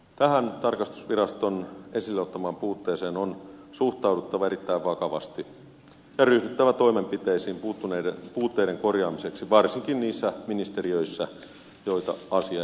tähän tarkastusviraston esille ottamaan puutteeseen on suhtauduttava erittäin vakavasti ja ryhdyttävä toimenpiteisiin puutteiden korjaamiseksi varsinkin niissä ministeriöissä joita asia